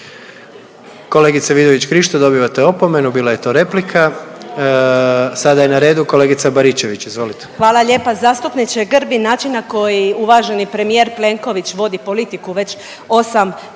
Kolegice Vidović Krišto dobivate opomenu bila je to replika. Sada je na redu kolegica Baričević, izvolite. **Baričević, Danica (HDZ)** Hvala lijepa. Zastupniče Grbin način na koji uvaženi premijer Plenković vodi politiku već osam